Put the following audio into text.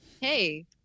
hey